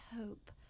hope